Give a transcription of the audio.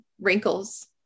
wrinkles